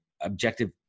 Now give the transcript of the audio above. objective